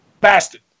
bastard